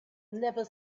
never